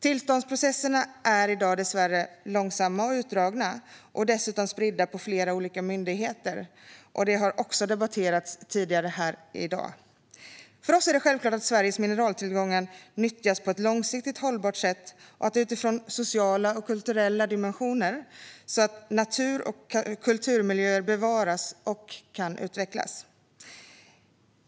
Tillståndsprocesserna är i dag dessvärre långsamma och utdragna och dessutom spridda på flera olika myndigheter. Det har också debatterats tidigare här i dag. För oss är det självklart att Sveriges mineraltillgångar nyttjas på ett långsiktigt hållbart sätt och utifrån sociala och kulturella dimensioner så att natur och kulturmiljöer bevaras och kan utvecklas.